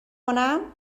کنم